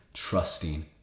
trusting